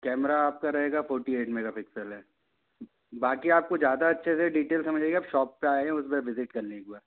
camera आपका रहेगा forty eight megapixel है बाकी आपको ज़्यादा अच्छे से डीटेल्स डीटेल्स समझने के लिए आप शॉप पे आके विजिट कर ले एक बार